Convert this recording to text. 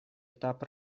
этап